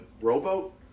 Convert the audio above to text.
rowboat